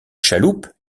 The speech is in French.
chaloupe